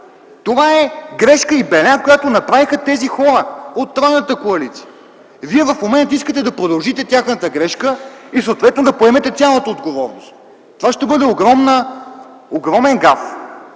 Това е грешка и беля, която направиха тези хора от тройната коалиция. Вие в момента искате да продължите тяхната грешка и съответно да поемете цялата отговорност. Това ще бъде огромен гаф